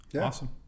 awesome